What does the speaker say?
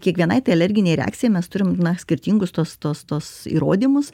kiekvienai tai alerginei reakcijai mes turim skirtingus tuos tuos tuos įrodymus